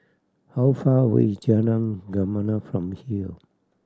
how far away is Jalan Gemala from here